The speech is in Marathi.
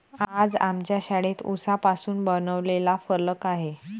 आज आमच्या शाळेत उसापासून बनवलेला फलक आहे